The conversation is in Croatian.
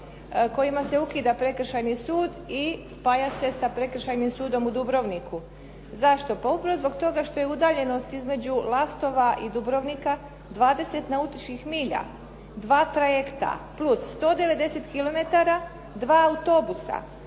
kojima se ukida prekršajni sud i spaja se sa prekršajnim sudom u Dubrovniku. Zašto? Pa upravo zbog toga što je udaljenost između Lastova i Dubrovnika 20 nautičkih milja, 2 trajekta plus 190 km, 2 autobusa.